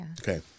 Okay